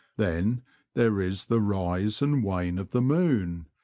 then there is the rise and wane of the moon,